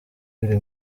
biri